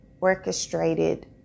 orchestrated